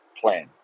plan